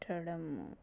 పెట్టడము